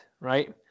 right